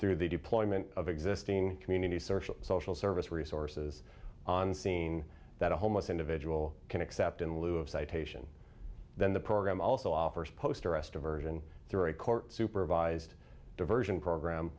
through the deployment of existing community service social service resources on scene that a homeless individual can except in lieu of citation then the program also offers post arrest diversion through a court supervised diversion program